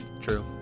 true